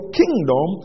kingdom